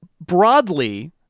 Broadly